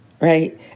right